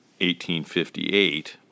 1858